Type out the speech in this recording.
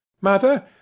Mother